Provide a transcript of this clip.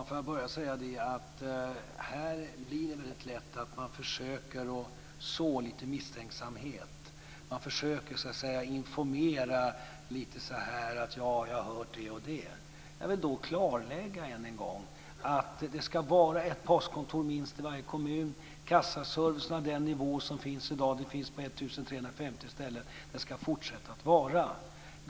Fru talman! Här blir det lätt att man försöker så lite misstänksamhet. Man försöker informera genom att säga att jag har hört det och det. Jag vill då än en gång klarlägga att det ska vara minst ett postkontor i varje kommun, och kassaservice av den nivå som i dag finns på 1 350 ställen ska fortsätta att finnas.